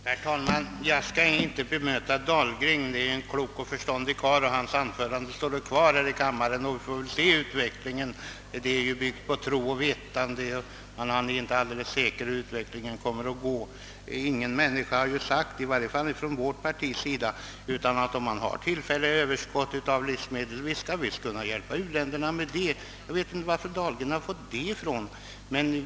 Herr talman! Jag skall inte bemöta herr Dahlgren. Han är en klok och förståndig karl och hans anförande står kvar i kammaren. Det är byggt på tro och vetande. Ingen vet hur utvecklingen blir. Ingen människa har sagt, åtminstone inte från vårt parti, annat än att om vi har tillfälligt överskott av livsmedel skall vi kunna hjälpa u-länderna med detta. Jag vet inte varifrån herr Dahlgren fått det.